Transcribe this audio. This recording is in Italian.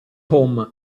home